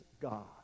God